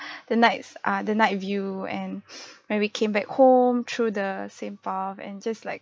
the night's uh the night view and when we came back home through the same path and just like